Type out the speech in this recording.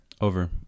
Over